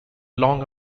long